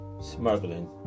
smuggling